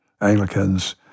Anglicans